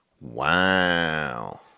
Wow